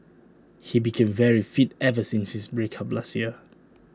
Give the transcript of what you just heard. he became very fit ever since his break up last year